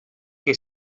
que